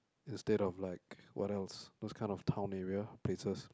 instead of like what else those kind of town area places